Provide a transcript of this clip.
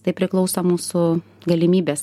tai priklauso mūsų galimybės